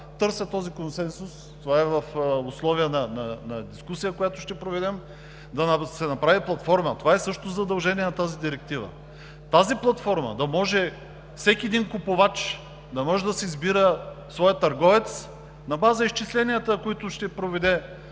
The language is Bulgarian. търся този консенсус – това е в условие на дискусия, която ще проведем, да се направи платформа. Това е също задължение на тази Директива. С тази платформа всеки един купувач да може да си избира своя търговец на база на изчисленията, които ще проведе